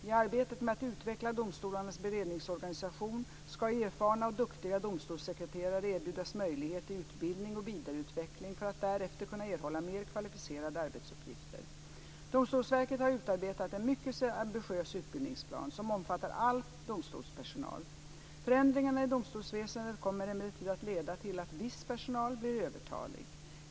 I arbetet med att utveckla domstolarnas beredningsorganisation ska erfarna och duktiga domstolssekreterare erbjudas möjlighet till utbildning och vidareutveckling för att därefter kunna erhålla mer kvalificerade arbetsuppgifter. Domstolsverket har utarbetat en mycket ambitiös utbildningsplan som omfattar all domstolspersonal. Förändringarna i domstolsväsendet kommer emellertid att leda till att viss personal blir övertalig.